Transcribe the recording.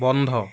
বন্ধ